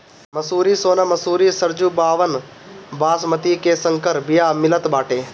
मंसूरी, सोना मंसूरी, सरजूबावन, बॉसमति के संकर बिया मितल बाटे